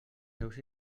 seus